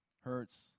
hurts